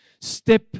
Step